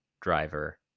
driver